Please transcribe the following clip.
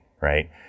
right